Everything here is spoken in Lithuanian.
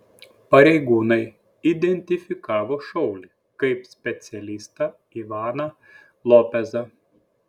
pareigūnai identifikavo šaulį kaip specialistą ivaną lopezą